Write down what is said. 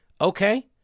Okay